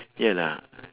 ya lah